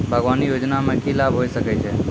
बागवानी योजना मे की लाभ होय सके छै?